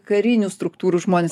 karinių struktūrų žmonės